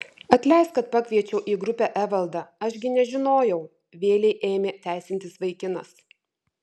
atleisk kad pakviečiau į grupę evaldą aš gi nežinojau vėlei ėmė teisintis vaikinas